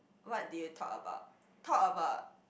what did you talk about talk about